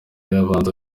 yabanza